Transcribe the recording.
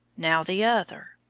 now the other.